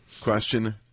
Question